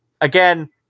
Again